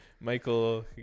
Michael